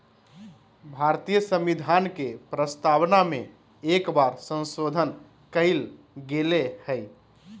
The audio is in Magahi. भारतीय संविधान के प्रस्तावना में एक बार संशोधन कइल गेले हइ